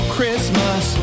Christmas